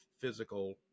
physical